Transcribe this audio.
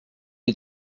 est